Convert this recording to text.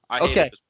okay